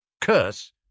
Curse